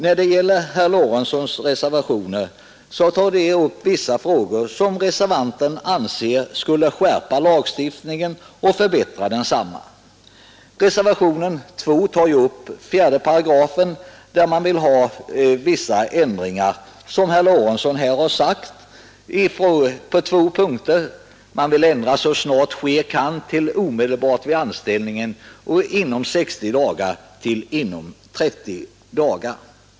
Herr Lorentzon tar i sina reservationer upp vissa förslag som reservanten anser skulle skärpa och förbättra lagstiftningen. Reservationen 2 gäller 4 8 i lagförslaget och herr Lorentzon vill — som han här sagt — ha ändringar på två punkter. Han vill ändra ”så snart det kan ske” till ”omedelbart vid anställningen” och ”inom 60 dagar” till ”inom 30 dagar”.